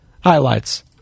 highlights